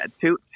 Two